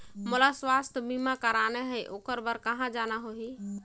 मोला स्वास्थ बीमा कराना हे ओकर बार कहा जाना होही?